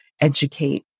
educate